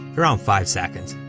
around five seconds.